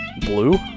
blue